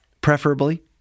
preferably